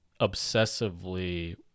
obsessively